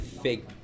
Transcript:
Fake